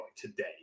today